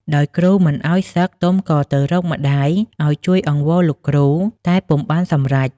ដោយគ្រូមិនឲ្យសឹកទុំក៏ទៅរកម្តាយឲ្យជួយអង្វរករលោកគ្រូតែពុំបានសម្រេច ។